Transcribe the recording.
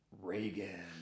Reagan